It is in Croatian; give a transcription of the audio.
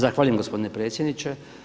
Zahvaljujem gospodine predsjedniče.